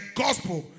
gospel